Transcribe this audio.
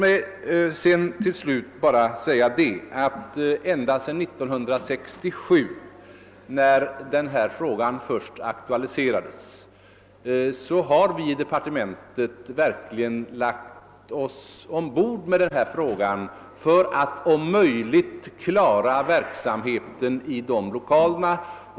Ända sedan 1967 när frågan om ändringen av Haparanda seminarium först aktualiserades har vi i departementet bemödat oss om att lösa denna fråga.